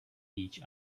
each